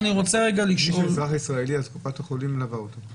ומי שאזרח ישראלי אז קופת החולים מלווה אותו.